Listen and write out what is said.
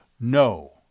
No